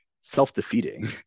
self-defeating